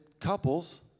couples